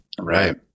right